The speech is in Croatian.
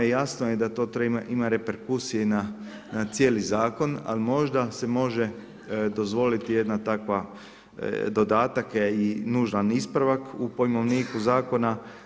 Jasno je da to ima reperkusije i na cijeli zakon, ali možda se može dozvoliti jedan takav dodatak i nužan ispravak u pojmovniku zakona.